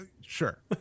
sure